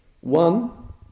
one